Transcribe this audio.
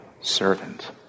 servant